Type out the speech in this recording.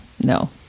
no